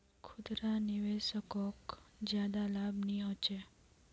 खुदरा निवेशाकोक ज्यादा लाभ नि होचे